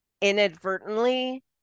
inadvertently